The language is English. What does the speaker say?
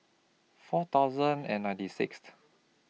four thousand and ninety Sixth